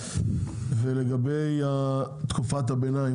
לגבי תקופת הביניים